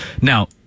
now